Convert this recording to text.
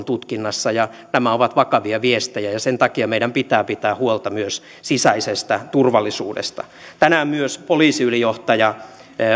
tutkinnassa nämä ovat vakavia viestejä ja sen takia meidän pitää pitää huolta myös sisäisestä turvallisuudesta tänään myös poliisiylijohtaja